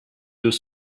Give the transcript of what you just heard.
deux